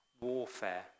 warfare